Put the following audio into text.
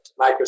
Microsoft